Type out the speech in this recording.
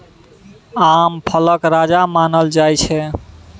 आम फलक राजा मानल जाइ छै